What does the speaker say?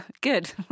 Good